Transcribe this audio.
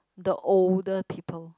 the older people